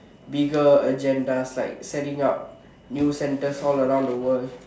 bigger agendas like setting up new centres all around the world